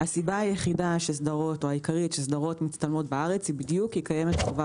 הסיבה העיקרית שסדרות מצטלמות בארץ היא מכיוון שקיימת חובה